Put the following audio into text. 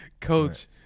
coach